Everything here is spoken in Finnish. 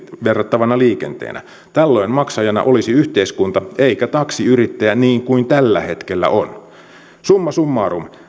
verrattavana liikenteenä tällöin maksajana olisi yhteiskunta eikä taksiyrittäjä niin kuin tällä hetkellä summa summarum